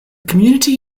community